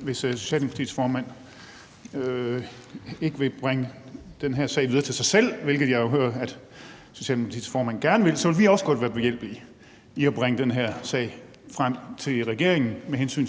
hvis Socialdemokratiets formand ikke vil bringe den her sag videre til sig selv, hvilket jeg jo hører at Socialdemokratiets formand gerne vil, så vil vi også godt være behjælpelige med hensyn til at bringe den her sag om